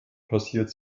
passiert